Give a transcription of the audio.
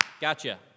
Gotcha